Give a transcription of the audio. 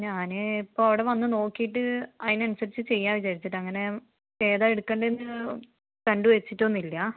ഞാൻ ഇപ്പോൾ അവിടെ വന്ന് നോക്കിയിട്ട് അതിനനുസരിച്ച് ചെയ്യാം വിചാരിച്ചിട്ടാണ് അങ്ങനെ ഏതാണ് എടുക്കേണ്ടതെന്ന് കണ്ട് വെച്ചിട്ടൊന്നും ഇല്ല